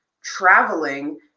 traveling